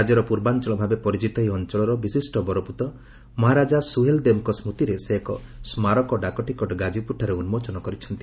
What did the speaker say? ରାଜ୍ୟର ପୂର୍ବାଞ୍ଚଳ ଭାବେ ପରିଚିତ ଏହି ଅଞ୍ଚଳର ବିଶିଷ୍ଟ ବରପୁତ୍ର ମହାରାଜା ସୁହେଲ୍ ଦେବଙ୍କ ସ୍ମୁତିରେ ସେ ଏକ ସ୍ମାରକ ଡାକଟିକଟ ଗାଜିପୁରଠାରେ ଉନ୍ମୋଚନ କରିଛନ୍ତି